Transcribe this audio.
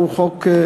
הוא חוק נכון,